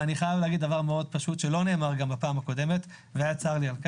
אבל אני חייב להגיד דבר מאוד פשוט שלא נאמר בפעם הקודמת וצר לי על כך: